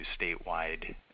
statewide